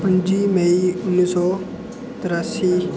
पं'जी मई उन्नी सौ त्रासी